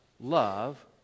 love